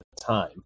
time